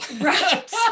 Right